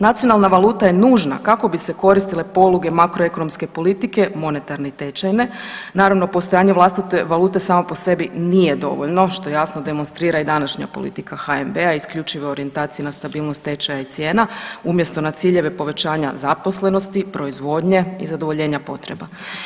Nacionalna valuta je nužna kako bi se koristile poluge makroekonomske politike, monetarne i tečajne, naravno postojanje vlastite valute samo po sebi nije dovoljno, što jasno demonstrira i današnja politika HNB-a, isključivo orijentaciji na stabilnost tečaja i cijena umjesto na ciljeve povećanja zaposlenosti, proizvodnje i zadovoljenja potreba.